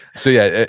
so, yeah,